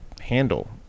handle